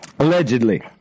Allegedly